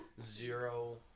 Zero